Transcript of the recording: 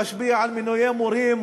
להשפיע על מינויי מורים,